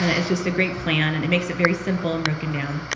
ah it's just a great plan and it makes it very simple and broken down.